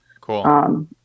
Cool